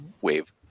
wave